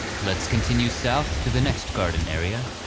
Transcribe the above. let's continue south to the next garden area,